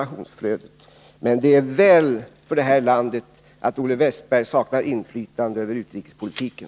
Men det är som sagt väl för det här landet att Olle Wästberg saknar inflytande över utrikespolitiken.